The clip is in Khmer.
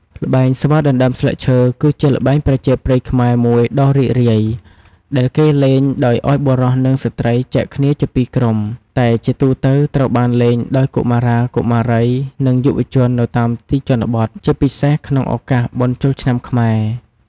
ល្បែងស្វាដណ្ដើមស្លឹកឈើ គឺជាល្បែងប្រជាប្រិយខ្មែរមួយដ៏រីករាយ ដែលគេលេងដោយឱ្យបុរស និងស្ត្រីចែកគ្នាជា២ក្រុម តែជាទូទៅត្រូវបានលេងដោយកុមារា កុមារី និងយុវជននៅតាមទីជនបទ ជាពិសេសក្នុងឱកាសបុណ្យចូលឆ្នាំខ្មែរ។